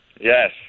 Yes